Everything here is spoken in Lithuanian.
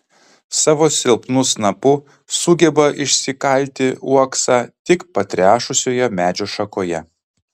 savo silpnu snapu sugeba išsikalti uoksą tik patrešusioje medžio šakoje